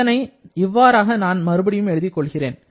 இதனை நான் இவ்வாறாக மறுபடியும் எழுதிக் கொள்கிறேன்